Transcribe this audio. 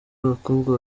abakobwa